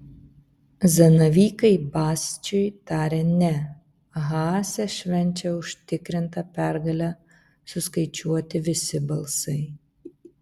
zanavykai basčiui tarė ne haase švenčia užtikrintą pergalę suskaičiuoti visi balsai